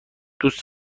دوست